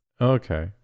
okay